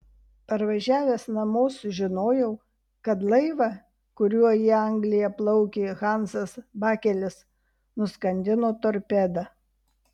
parvažiavęs namo sužinojau kad laivą kuriuo į angliją plaukė hansas bakelis nuskandino torpeda